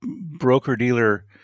broker-dealer